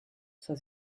zur